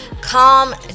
calm